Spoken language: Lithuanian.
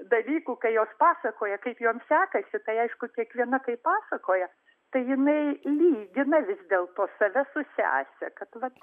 dalykų kai jos pasakoja kaip joms sekasi tai aišku kiekviena kai pasakoja tai jinai lygina vis dėlto save su sese kad vat